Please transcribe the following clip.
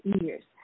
years